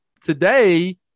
Today